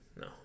No